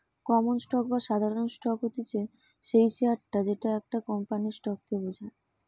common stock বা সাধারণ stock হতিছে সেই শেয়ারটা যেটা একটা কোম্পানির স্টক কে বোঝায়